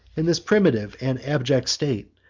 in this primitive and abject state,